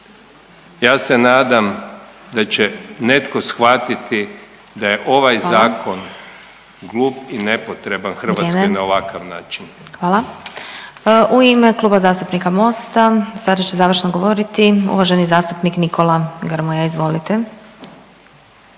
Ja se nadam da će netko shvatiti da je ovaj Zakon glup i nepotreban Hrvatskoj na ovakav način. **Glasovac, Sabina (SDP)** Hvala. Vrijeme. Hvala. U ime Kluba zastupnika Mosta sada će završno govoriti uvaženi zastupnik Nikola Grmoja. Izvolite.